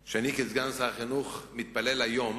שאני, כסגן שר החינוך, מתפלל היום